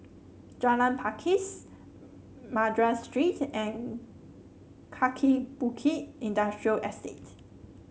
Jalan Pakis Madras Street and Kaki Bukit Industrial Estate